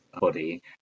Body